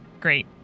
Great